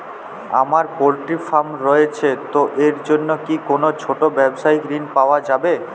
আমার poultry farm রয়েছে তো এর জন্য কি কোনো ছোটো ব্যাবসায়িক ঋণ পাওয়া যাবে?